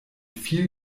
viel